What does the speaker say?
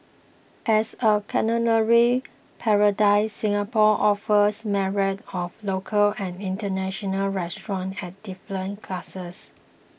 as a culinary paradise Singapore offers myriad of local and international restaurants at different classes